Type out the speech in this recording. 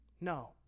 No